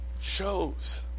shows